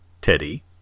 Teddy